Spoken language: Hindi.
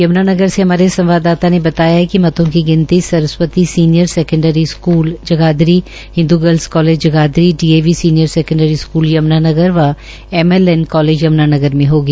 यम्नानगर से हमारे संवाददाता ने बताया है कि मतों की गिनती Saraswati senior secondary school Jagadhri Hindu girls college Jagadhri D A V senior secondary school Yamunanagar व M L N college Yamunanagar में होगी